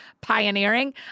pioneering